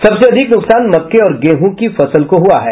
सबसे अधिक नुकसान मक्के और गेहूं की फसल को हुआ है